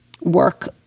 work